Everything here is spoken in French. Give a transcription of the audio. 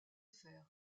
fer